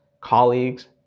colleagues